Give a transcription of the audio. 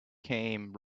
came